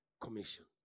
commission